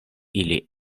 ili